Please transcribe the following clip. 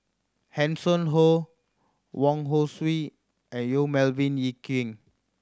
Hanson Ho Wong Hong Suen and Yong Melvin Yik Chye